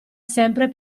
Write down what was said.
sempre